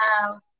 house